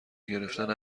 گرفتن